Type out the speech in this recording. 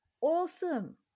awesome